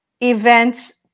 events